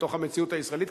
בתוך המציאות הישראלית,